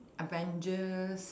avengers